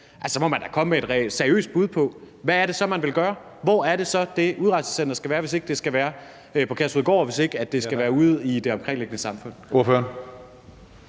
og så må man da altså komme med et seriøst bud på, hvad det så er, man vil gøre. Hvor er det, det udrejsecenter skal være, hvis ikke det skal være på Kærshovedgård, og hvis ikke det skal være ude i det omkringliggende samfund?